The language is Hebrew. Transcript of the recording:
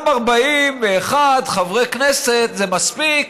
גם 41 חברי כנסת זה מספיק,